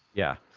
yeah.